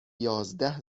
یازده